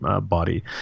body